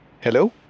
Hello